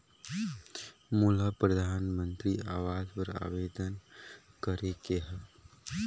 मोला परधानमंतरी आवास बर आवेदन करे के हा?